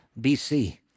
BC